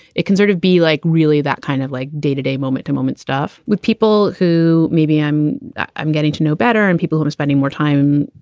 it can sort of be like really that kind of like day to day, moment to moment stuff with people who maybe i'm i'm getting to know better and people who are spending more time,